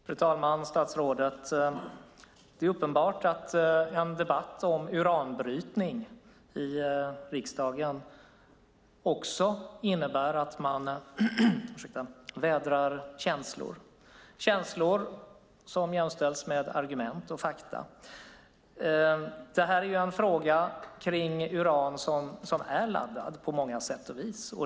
Fru talman! Statsrådet! Det är uppenbart att en debatt i riksdagen om uranbrytning också innebär att man vädrar känslor, känslor som jämställs med argument och fakta. Frågan om uran är laddad på många sätt och vis.